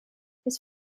his